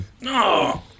No